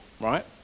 Right